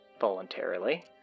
voluntarily